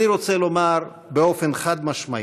אני רוצה לומר באופן חד-משמעי: